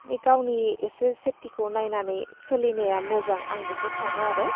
बे गावनि एसे सेफ्तिखौ नायनानै सोलिनाया मोजां आं बेखौ सानो आरो